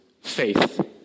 faith